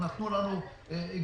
נתנו לנו אגוזים,